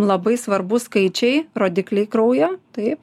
labai svarbu skaičiai rodikliai kraujo taip